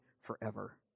forever